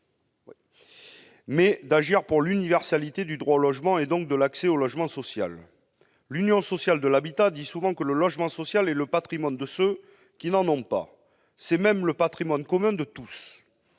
mais d'agir pour l'universalité du droit au logement et, donc, de l'accès au logement social. L'Union sociale de l'habitat dit souvent que le logement social est le patrimoine de ceux qui n'en ont pas. C'est même le patrimoine commun de tous.